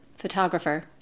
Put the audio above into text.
photographer